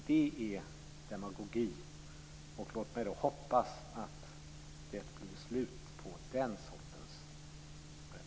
Det är demagogi. Låt mig hoppas att det blir slut på den sortens retorik.